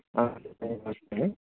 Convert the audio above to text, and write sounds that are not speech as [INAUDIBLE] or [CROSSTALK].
[UNINTELLIGIBLE]